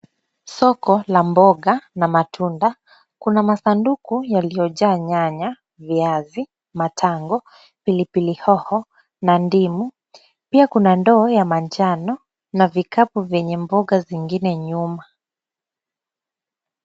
Soko la mboga na matunda, kuna masanduku yaliyojaa nyanya, viazi, matango, pilipili hoho na ndimu, pia kuna ndoo ya manjano na vikapu vyenye mboga zingine nyuma.